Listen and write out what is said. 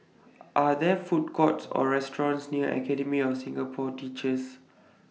Are There Food Courts Or restaurants near Academy of Singapore Teachers